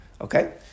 Okay